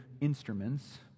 instruments